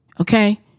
okay